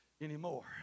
anymore